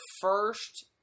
first